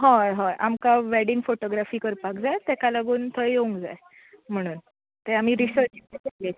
हय हय आमकां वॅडींग फोटोग्राफी करपाक जाय ताका लागून थंय येवंक जाय म्हणून ते आमी रिसर्च के